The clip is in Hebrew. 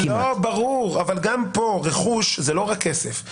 ברור אבל רכוש זה לא רק כסף.